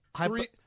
three